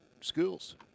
schools